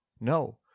No